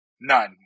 None